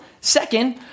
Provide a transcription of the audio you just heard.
second